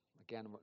Again